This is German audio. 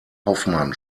hoffmann